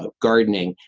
ah gardening,